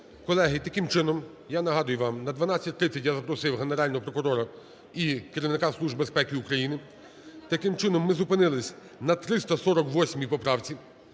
Колеги, таким чином, я нагадую вам, на 12:30 я запросив Генерального прокурора і керівника Служби безпеки України. Таким чином, ми зупинились на 348 поправці